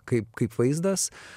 kaip kaip vaizdas